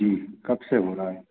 जी कब से हो रहा है